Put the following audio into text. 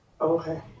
Okay